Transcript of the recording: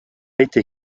été